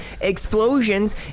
explosions